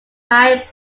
time